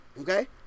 Okay